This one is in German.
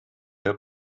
der